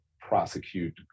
prosecute